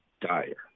dire